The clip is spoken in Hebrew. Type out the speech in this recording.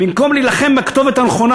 במקום להילחם בכתובת הנכונה,